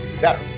better